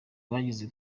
bagize